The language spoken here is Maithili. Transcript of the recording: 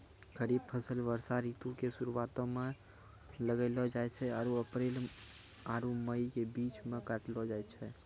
खरीफ फसल वर्षा ऋतु के शुरुआते मे लगैलो जाय छै आरु अप्रैल आरु मई के बीच मे काटलो जाय छै